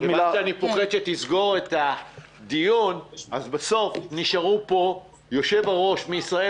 אני פוחד שתסגור את הדיון ובסוף נשארו פה יושב-ראש מישראל